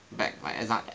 bag like exa~